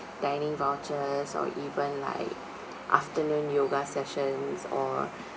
dining vouchers or even like afternoon yoga sections or